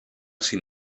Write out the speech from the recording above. sin